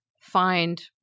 find